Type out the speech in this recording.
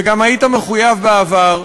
וגם היית מחויב בעבר,